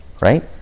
Right